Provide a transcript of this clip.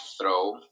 throw